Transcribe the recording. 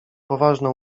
poważne